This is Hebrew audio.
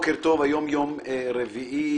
היום יום רביעי,